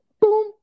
Boom